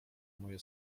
moje